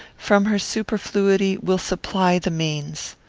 from her superfluity, will supply the means.